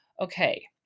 okay